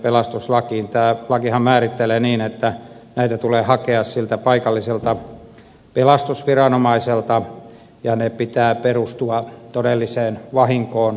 tämä lakihan määrittelee niin että näitä tulee hakea siltä paikalliselta pelastusviranomaiselta ja niiden pitää perustua todelliseen vahinkoon